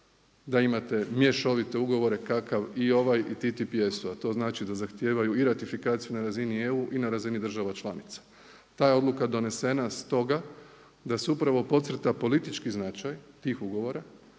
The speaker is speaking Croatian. da imate mješovite ugovore kakav i ovaj TTPS-ov, a to znači da zahtijevaju i ratifikaciju na razini EU i na razini država članica. Ta je odluka donesena stoga da se upravo podcrta politički značaj tih ugovora